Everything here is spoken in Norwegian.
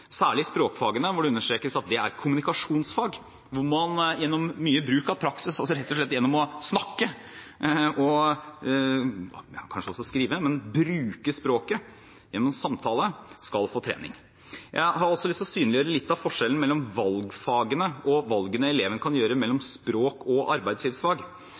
særlig språkfagene hvor det understrekes at dette er kommunikasjonsfag der man gjennom mye praksis, gjennom å snakke – kanskje også skrive – og bruke språket gjennom samtale skal få trening. Jeg har også lyst til å synliggjøre litt av forskjellen mellom valgfagene og valgene elevene kan gjøre mellom språk og arbeidslivsfag.